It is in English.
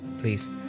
please